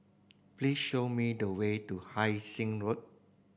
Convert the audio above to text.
please show me the way to Hai Sing Road